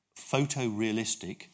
photorealistic